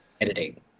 editing